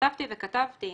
והוספתי וכתבתי